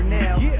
now